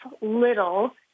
little